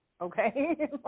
Okay